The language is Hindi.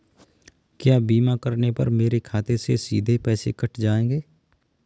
क्या बीमा करने पर मेरे खाते से सीधे पैसे कट जाएंगे?